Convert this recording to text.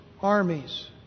armies